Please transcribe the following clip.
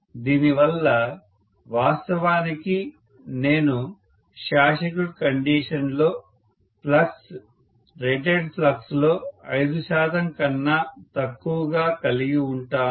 దీనివల్ల వాస్తవానికి నేను షార్ట్ సర్క్యూట్ కండిషన్లో ఫ్లక్స్ రేటెడ్ ఫ్లక్స్లో 5 శాతం కన్నా తక్కువగా కలిగి ఉంటాను